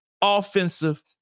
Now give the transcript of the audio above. offensive